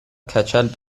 کچل